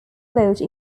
vote